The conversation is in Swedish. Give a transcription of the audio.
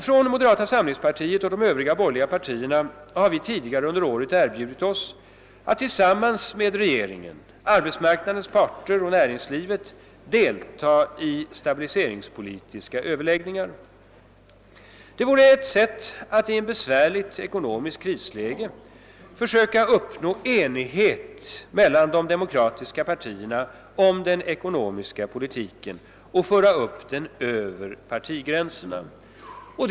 Från moderata samlingspartiets och de övriga borgerliga partiernas sida har vi tidigare under året erbjudit oss att tillsammans med regeringen, arbetsmarknadens parter och näringslivet delta i stabiliseringspolitiska överläggningar. Det vore ett sätt att i ett besvärligt ekonomiskt krisläge försöka uppnå enighet mellan de demokratiska partierna om den ekonomiska politiken och föra upp den över partigränserna.